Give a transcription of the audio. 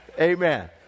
amen